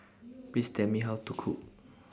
Please Tell Me How to Cook